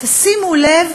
תשימו לב,